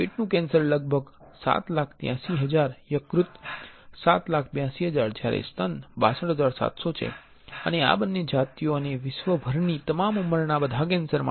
પેટનું cancer લગભગ 783000 યકૃત 78200 જ્યારે સ્તન 62700 છે અને આ બંને જાતિઓ અને વિશ્વભરની તમામ ઉંમરના બધા કેન્સર માટે છે